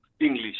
English